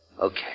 Okay